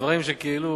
דברים שכאילו